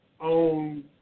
on